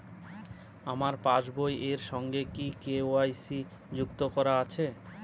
আমার পাসবই এর সঙ্গে কি কে.ওয়াই.সি যুক্ত করা আছে?